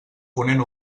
ponent